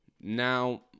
Now